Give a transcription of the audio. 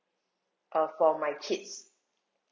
uh for my kids